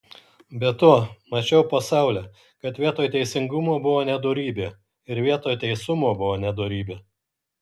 be to mačiau po saule kad vietoj teisingumo buvo nedorybė ir vietoj teisumo buvo nedorybė